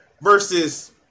versus